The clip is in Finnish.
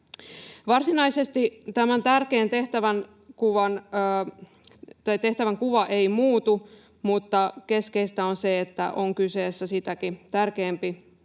Varsinaisesti tämä tärkeä tehtävänkuva ei muutu, mutta keskeistä on se, että on kyseessä sitäkin tärkeämpi